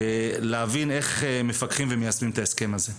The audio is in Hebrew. להבין איך מפקחים ומיישמים את ההסכם הזה.